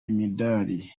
imidari